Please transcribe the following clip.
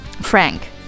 Frank